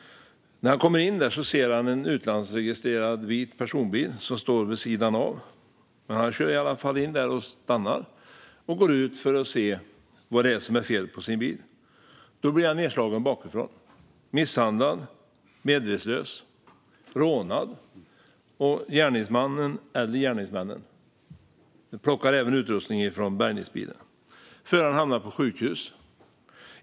När han kom in såg han en utlandsregistrerad vit personbil som stod vid sidan av. Han körde in där, stannade och gick ut för att se vad som var fel på bilen. Då blev han nedslagen bakifrån, misshandlad till medvetslöshet och rånad. Gärningsmannen - eller gärningsmännen - plockade även utrustning från bärgningsbilen. Föraren hamnade på sjukhus.